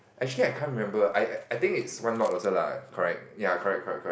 actually I can't remember I I I think is one lot also lah correct ya correct correct correct